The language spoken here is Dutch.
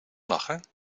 lachen